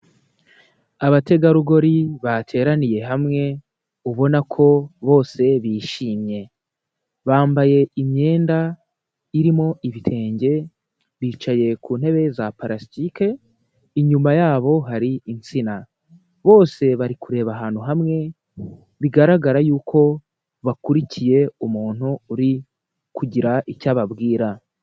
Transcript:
Abategarugori bateraniye hamwe, ubona ko bose bishimye, bambaye imyenda irimo ibitenge, bicaye ku ntebe za parasitike, inyuma yabo hari insina, bose bari kureba ahantu hamwe, bigaragara y'uko bakurikiye umuntu uri kugira icyo ababwira.